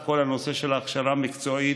את כל הנושא של ההכשרה המקצועית.